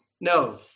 No